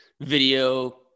video